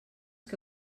que